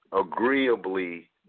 agreeably